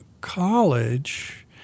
college